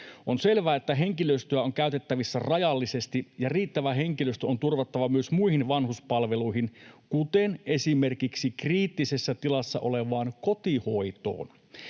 On selvää, että henkilöstöä on käytettävissä rajallisesti ja riittävä henkilöstö on turvattava myös muihin vanhuspalveluihin, kuten esimerkiksi kriittisessä tilassa olevaan kotihoitoon.